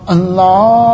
Allah